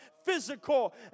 Physical